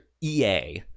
EA